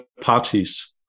parties